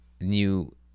new